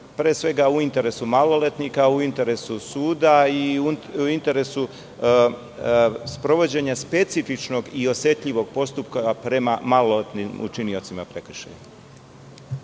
pre svega u interesu maloletnika, u interesu suda i u interesu sprovođenja specifičnog i osetljivog postupka prema maloletnim učiniocima prekršaja.